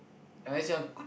unless you want